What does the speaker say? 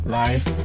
life